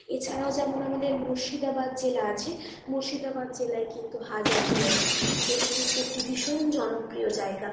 এছাড়াও যেমন আমাদের মুর্শিদাবাদ জেলা আছে মুর্শিদাবাদ জেলায় কিন্তু হাজারদুয়ারি যেটা কিন্তু একটি ভীষণ জনপ্রিয় জায়গা